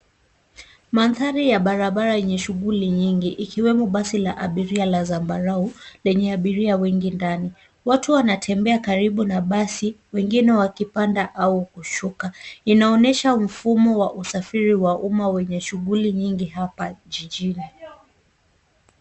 Mandhari ya barabara yenye shughuli nyingi ikiwemo basi la abiria la zambarau lenye abiria wengi ndani watu wanatembea karibu na basi wengine wakipanda au kushuka inaonesha mfumo wa usafiri wa umma wenye shughuli nyingi hapa jijini.